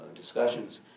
discussions